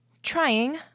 Trying